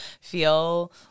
feel